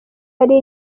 hari